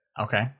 Okay